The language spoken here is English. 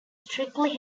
strictly